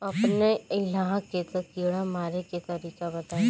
अपने एहिहा के कीड़ा मारे के तरीका बताई?